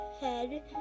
head